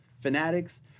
fanatics